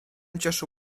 cieszy